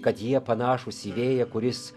kad jie panašūs į vėją kuris